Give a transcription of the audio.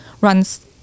runs